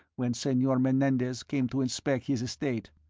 when senor menendez came to inspect his estate.